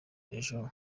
ejo